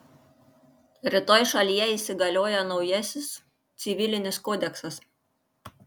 rytoj šalyje įsigalioja naujasis civilinis kodeksas